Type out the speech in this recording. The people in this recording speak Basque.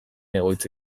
egoitza